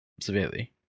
severely